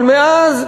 אבל מאז,